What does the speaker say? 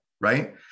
right